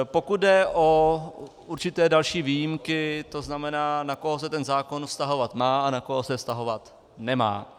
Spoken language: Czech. Pokud jde o určité další výjimky, to znamená, na koho se ten zákon vztahovat má a na koho se vztahovat nemá.